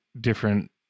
different